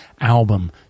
album